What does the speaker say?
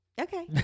Okay